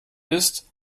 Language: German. ist